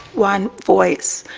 one voice.